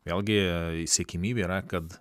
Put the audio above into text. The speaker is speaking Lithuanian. vėlgi siekiamybė yra kad